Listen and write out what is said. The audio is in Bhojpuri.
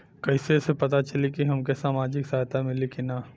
कइसे से पता चली की हमके सामाजिक सहायता मिली की ना?